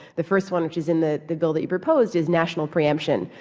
the first one, which is in the the bill that you proposed, is national preemption,